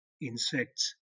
insects